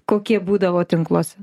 kokie būdavo tinkluose